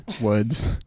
woods